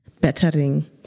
bettering